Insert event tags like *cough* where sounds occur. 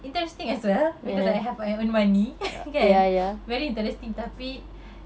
interesting as well because I have my own money *laughs* kan very interesting tapi